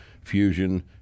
fusion